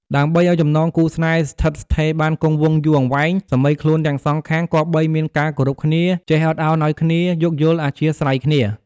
ដើម្បីឱ្យចំណងគូរស្នេហ៍ស្ថិតស្ថេរបានគង់វង្សយូរអង្វែង សាមីខ្លួនទាំងសងខាងគប្បីមានការគោរពគ្នា ចេះអត់ឳនឱ្យគ្នា យោគយល់អធ្យាស្រ័យ។